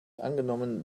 angenommen